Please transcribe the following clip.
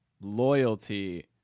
loyalty